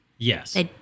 Yes